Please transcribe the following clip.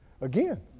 again